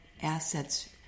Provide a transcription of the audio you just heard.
assets